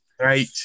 Right